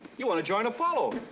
you want to join apollo.